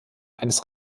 eines